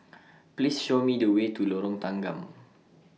Please Show Me The Way to Lorong Tanggam